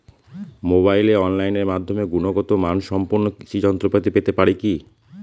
মোবাইলে অনলাইনের মাধ্যমে গুণগত মানসম্পন্ন কৃষি যন্ত্রপাতি পেতে পারি কি?